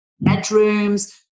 bedrooms